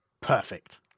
Perfect